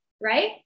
right